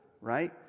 right